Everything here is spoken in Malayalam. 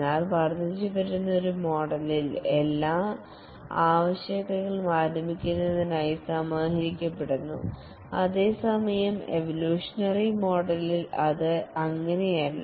എന്നാൽ വർദ്ധിച്ചുവരുന്ന ഒരു മോഡലിൽ എല്ലാ ആവശ്യകതകളും ആരംഭിക്കുന്നതിനായി സമാഹരിക്കപ്പെടുന്നു അതേസമയം എവൊല്യൂഷനറി മോഡലിൽ അത് അങ്ങനെയല്ല